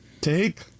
Take